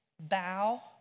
bow